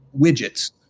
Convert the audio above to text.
widgets